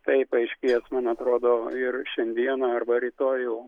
tai paaiškės man atrodo ir šiandieną arba rytoj jau